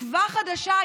תקווה חדשה,